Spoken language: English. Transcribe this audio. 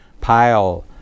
pile